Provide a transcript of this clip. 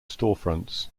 storefronts